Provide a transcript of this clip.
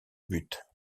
but